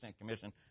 commission